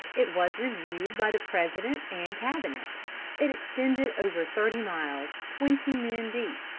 it was reviewed by the president and cabinet it extended over thirty miles twenty men deep,